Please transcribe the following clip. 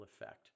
effect